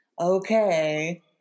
Okay